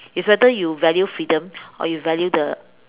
it's whether you value freedom or you value the